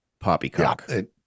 poppycock